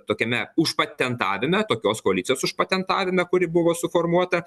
tokiame užpatentavime tokios koalicijos užpatentavime kuri buvo suformuota